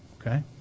okay